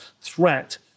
threat